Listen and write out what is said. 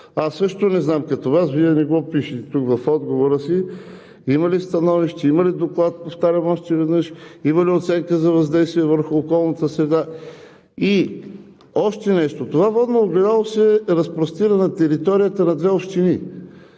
Аз също не знам като Вас, Вие не го пишете тук, в отговора си: има ли становище, има ли доклад, повтарям още веднъж, има ли оценка за въздействие върху околната среда? И още нещо – това водно огледало се разпростира на територията на две общини.